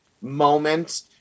moment